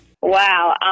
Wow